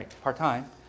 part-time